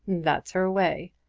that's her way.